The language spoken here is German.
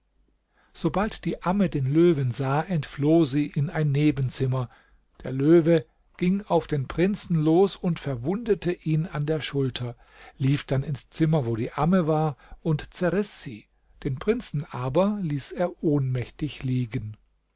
sobald die amme den löwen sah entfloh sie in ein nebenzimmer der löwe ging auf den prinzen los und verwundete ihn an der schulter lief dann ins zimmer wo die amme war und zerriß sie den prinzen aber ließ er ohnmächtig liegen